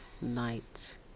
night